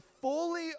fully